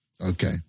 Okay